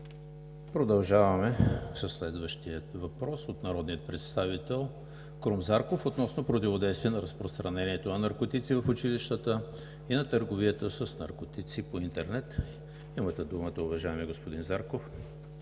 Продължаваме със следващия въпрос от народния представител Крум Зарков относно противодействие на разпространението на наркотици в училищата и на търговията с наркотици по интернет. Имате думата, уважаеми господин Зарков.